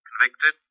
Convicted